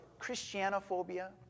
Christianophobia